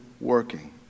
working